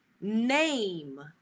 name